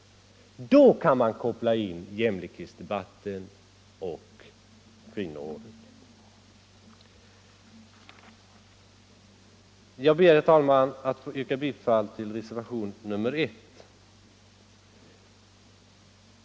Då kan man koppla in jämlikhetsdebatten och kvinnoåret. Jag ber, herr talman, att få yrka bifall till reservation nr 1.